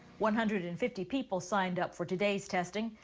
one hundred and fifty people signed up for today's testing.